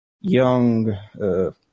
Young